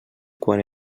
quan